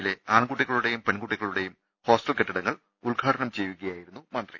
യിലെ ആൺകുട്ടികളുടെയും പെൺകുട്ടികളു ടെയും ഹോസ്റ്റൽ ഉദ്ഘാടനം ചെയ്യുകയായിരുന്നു മന്ത്രി